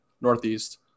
Northeast